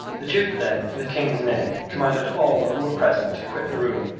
the duke then, in the king's name, commanded all who were present to quit the room,